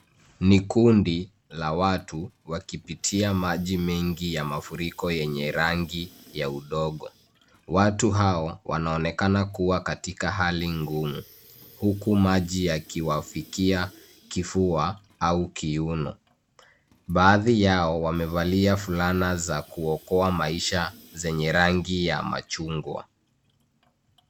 Ni kundi, la watu wengi, wakipitia maji mengi ya mafuriko yenye rangi, ya udongo. Watu hawa, wanaonekana kuwa katika hali ngumu, huku maji yakiwafikia, kifua, au kiuno. Baadhi yao, wamevalia fulana za kuokoa maisha, zenye rangi ya, machungwa.